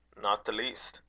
not the least.